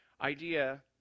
idea